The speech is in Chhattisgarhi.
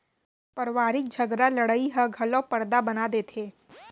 परवारिक झगरा लड़ई ह घलौ परदा बना देथे